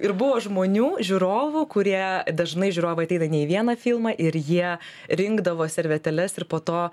ir buvo žmonių žiūrovų kurie dažnai žiūrovai ateina ne į vieną filmą ir jie rinkdavo servetėles ir po to